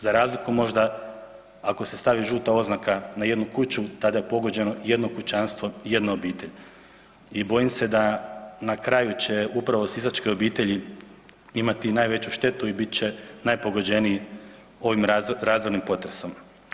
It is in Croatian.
Za razliku možda ako se stavi žuta oznaka na jednu kuću, tada je pogođeno jedno kućanstvo, jedna obitelj i bojim se da na kraju će upravo sisačke obitelji imati najveću štetu i bit će najpogođeniji ovim razornim potresom.